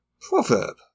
proverb